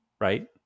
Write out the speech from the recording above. right